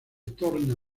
torna